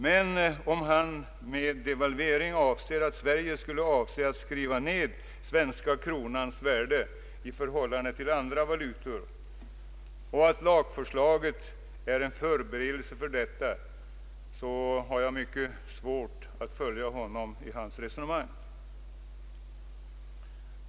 Men om han med devalvering menar att Sverige skulle avse att skriva ned den svenska kronans värde i förhållande till andra valutor och att lagförslaget är en för beredelse för detta, har jag mycket svårt att följa honom i hans resonemang.